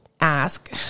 ask